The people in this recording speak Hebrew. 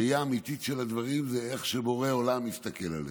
הראייה האמיתית של הדברים היא איך שבורא עולם מסתכל עלינו.